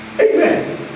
Amen